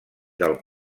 del